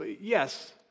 Yes